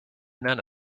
none